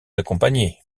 accompagner